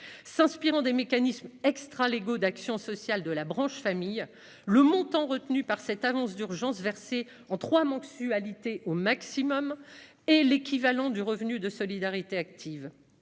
S'inspirant des mécanismes extralégaux d'action sociale de la branche famille, le montant retenu pour cette avance d'urgence, versée en trois mensualités maximum, équivaut au revenu de solidarité active.